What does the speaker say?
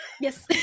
yes